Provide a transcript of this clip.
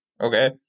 Okay